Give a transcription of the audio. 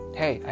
hey